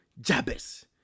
Jabez